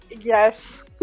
yes